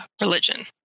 religion